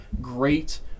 great